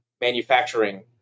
manufacturing